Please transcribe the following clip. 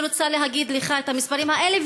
אני רוצה להגיד לך את המספרים האלה,